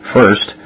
First